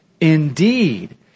Indeed